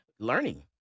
Learning